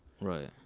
Right